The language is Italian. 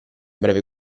breve